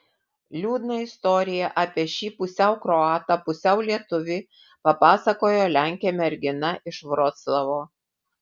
liūdną istoriją apie šį pusiau kroatą pusiau lietuvį papasakojo lenkė mergina iš vroclavo